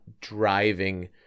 driving